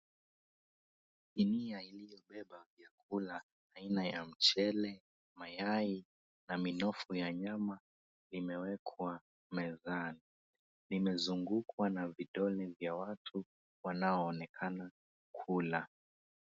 Sinia iliyobeba vyakula aina ya mchele, mayai na minofu ya nyama limewekwa mezani. Limezungukwa na vidole vya watu wanaoonekana kula.